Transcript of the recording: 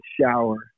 shower